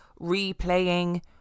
replaying